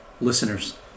listeners